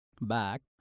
back